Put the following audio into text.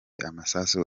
amasasu